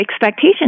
expectation